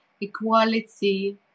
equality